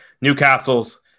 Newcastle's